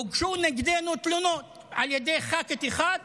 הוגשו נגדנו תלונות על ידי ח"כית אחת